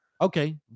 Okay